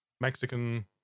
Mexican